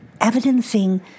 evidencing